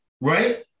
right